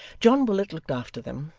john willet looked after them,